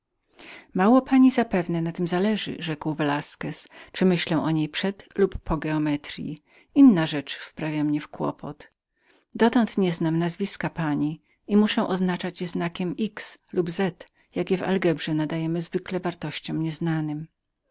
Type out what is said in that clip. mało zapewne na tem zależy rzekł velasquez czyli myślę o pani przed lub po geometryi inna rzecz wprawia mnie w kłopot dotąd nie wiem nazwiska pani muszę go oznaczyć cyfrą x lub z jakie w algebrze nadajemy zwykle wartościom nieznanym